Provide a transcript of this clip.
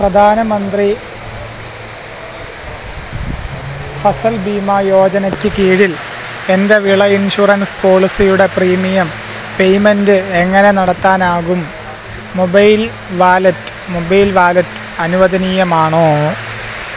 പ്രധാൻ മന്ത്രി ഫസൽ ഭീമ യോജനക്ക് കീഴിൽ എൻ്റെ വിള ഇൻഷുറൻസ് പോളിസിയുടെ പ്രീമിയം പേയ്മെൻ്റ് എങ്ങനെ നടത്താനാകും മൊബൈൽ വാലറ്റ് മൊബൈൽ വാലറ്റ് അനുവദനീയമാണോ